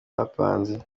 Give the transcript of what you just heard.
bapanze